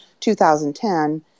2010